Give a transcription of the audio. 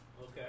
Okay